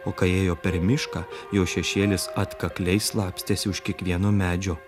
o kai ėjo per mišką jo šešėlis atkakliai slapstėsi už kiekvieno medžio